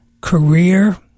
career